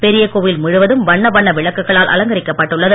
பெரிய கோவில் முழுவதும் வண்ண விளக்குகளால் அலங்கரிக்கப்பட்டுள்ளது